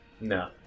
No